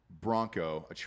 Bronco